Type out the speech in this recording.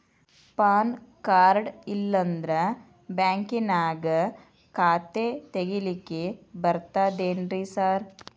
PAN card ಇಲ್ಲಂದ್ರ ಬ್ಯಾಂಕಿನ್ಯಾಗ ಖಾತೆ ತೆಗೆಲಿಕ್ಕಿ ಬರ್ತಾದೇನ್ರಿ ಸಾರ್?